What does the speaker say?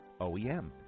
OEM